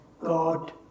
God